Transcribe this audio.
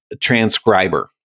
transcriber